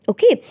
Okay